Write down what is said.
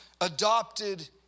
adopted